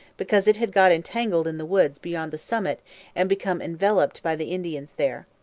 because it had got entangled in the woods beyond the summit and become enveloped by the indians there.